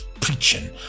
preaching